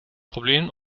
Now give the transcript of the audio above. probleem